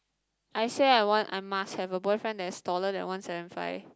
I say I want I must have a boyfriend that is taller than one seven five